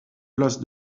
place